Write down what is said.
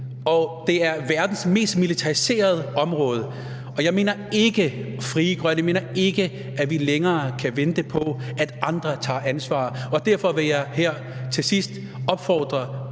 det er verdens mest militariserede område. Jeg og Frie Grønne mener ikke, at vi længere kan vente på, at andre tager ansvar. Derfor vil jeg her til sidst opfordre